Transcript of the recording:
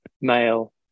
male